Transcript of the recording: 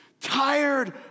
Tired